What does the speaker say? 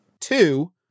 two